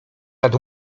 nad